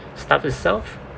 staff itself